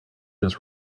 just